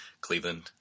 Cleveland